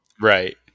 right